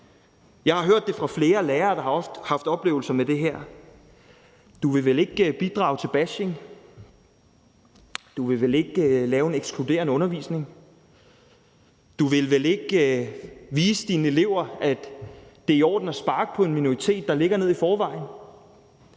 Jeg har hørt det fra flere lærere, der har haft oplevelser med det her. De bliver spurgt: Du vil vel ikke bidrage til bashing? Du vil vel ikke lave en ekskluderende undervisning? Du vil vel ikke vise dine elever, at det er i orden at sparke på en minoritet, der ligger ned i forvejen?